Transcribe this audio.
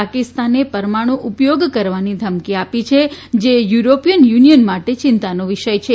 પાકિસ્તાને પરમાણુ ઉપયોગ કરવાની ધમકી આપી છે જે યુરોપીયન યુનિયન માટે ચિંતાનો વિષય છે